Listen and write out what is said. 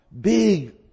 big